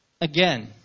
Again